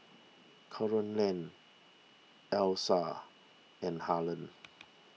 Carolann Allyssa and Harland